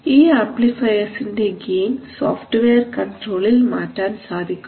ഈ ആംപ്ലിഫയർസിന്റെ gain software കണ്ട്രോളിൽ മാറ്റാൻ സാധിക്കും